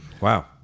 Wow